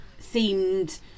themed